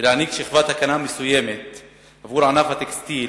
ולהעניק שכבת הגנה מסוימת לענף הטקסטיל,